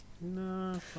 No